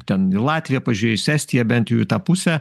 ten į latviją pažiūrėjus estiją bent jau į tą pusę